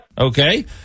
Okay